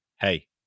hey